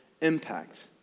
impact